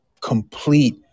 complete